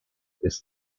ist